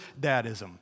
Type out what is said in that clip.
dadism